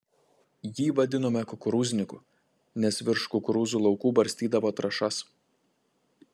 jį vadinome kukurūzniku nes virš kukurūzų laukų barstydavo trąšas